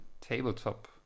tabletop